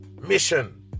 mission